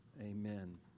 amen